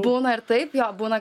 būna ir taip jo būna